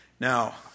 Now